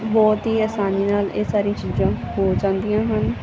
ਬਹੁਤ ਹੀ ਆਸਾਨੀ ਨਾਲ ਇਹ ਸਾਰੀ ਚੀਜ਼ਾਂ ਹੋ ਜਾਂਦੀਆਂ ਹਨ